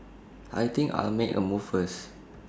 I think I'll make A move first